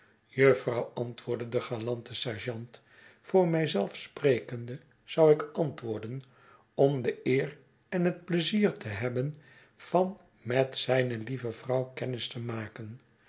jufvrouw antwoordde de galante sergeant voor mij zelf sprekende zou ik antwoorden om de eer en het pleizier te hebben van met zijne lieve vrouw kennis te maken